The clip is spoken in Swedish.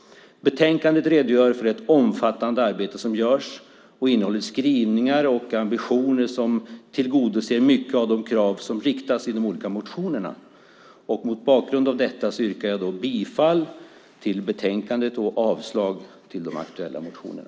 Betänkandet redogör för det omfattande arbete som görs. Det innehåller skrivningar och ambitioner som tillgodoser många av de krav som riktas i de olika motionerna. Mot bakgrund av detta yrkar jag bifall till förslaget i betänkandet och avslag på de aktuella motionerna.